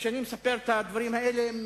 וכשאני מספר את הדברים האלה הם